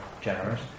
generous